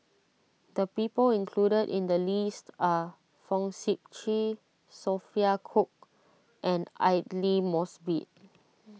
the people included in the list are Fong Sip Chee Sophia Cooke and Aidli Mosbit